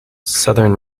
southern